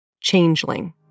Changeling